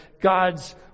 God's